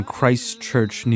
Christchurch